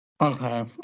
Okay